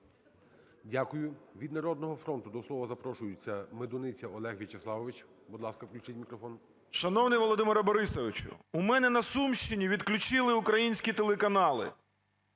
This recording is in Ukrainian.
Дякую. Від "Народного фронту" запрошується Медуниця Олег В'ячеславович. Будь ласка, включіть мікрофон. 10:35:28 МЕДУНИЦЯ О.В. Шановний Володимире Борисовичу, у мене на Сумщині відключили українські телеканали.